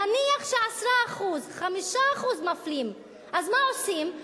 נניח ש-10%, 5% מרמים, אז מה עושים?